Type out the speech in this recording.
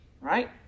right